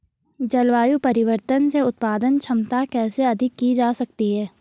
जलवायु परिवर्तन से उत्पादन क्षमता कैसे अधिक की जा सकती है?